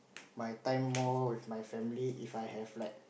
my time more with my family If I have like